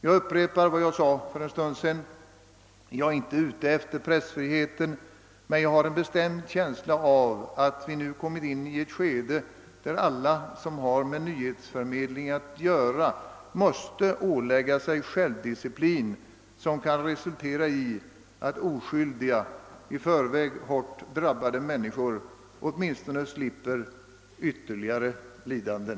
Jag upprepar vad iag sade för en stund sedan: Jag vill inte anmärka på pressfriheten, men jag har en bestämd känsla av att vi nu kommit in i ett skede där alla som har med nyhetsförmedling att göra måste ålägga sig självdisciplin i syfte att oskyldiga och redan hårt drabbade människor åtminstone skall slippa ytterligare lidanden.